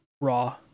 Raw